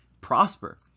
prosper